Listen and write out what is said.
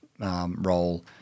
role